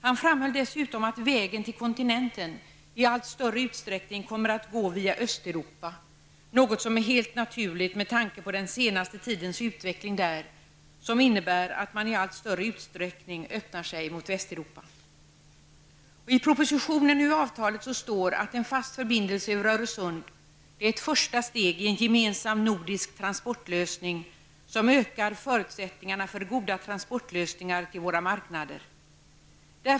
Han framhöll dessutom att vägen till kontinenten i allt större utsträckning kommer att gå via Östeuropa, något som är helt naturligt med tanke på den senaste tidens utveckling där, som innebär att man i allt större utsträckning öppnar sig mot I propositionen om avtalet står det:''En fast förbindelse över Öresund är ett första steg i en gemensam nordisk transportlösning som ökar förutsättningarna för goda transportlösningar till våra marknader.